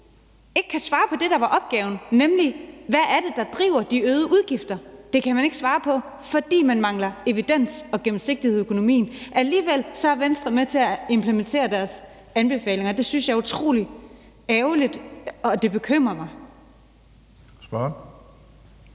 ikke kan svare på det, der var opgaven, nemlig hvad det er, der driver de øgede udgifter. Det kan man ikke svare på, fordi man mangler evidens og gennemsigtighed i økonomien. Alligevel er Venstre med til at implementere deres anbefalinger, at det synes jeg er utrolig ærgerligt, og det bekymrer mig.